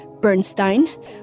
Bernstein